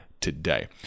today